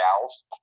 gals